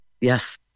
yes